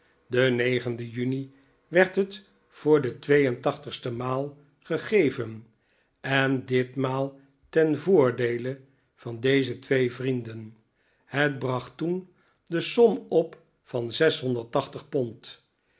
den den juni werd het voor de twee en tachtigste maal gegeven en ditmaal ten voordeele van deze twee vrienden het bracht toen de som op van pond